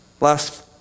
Last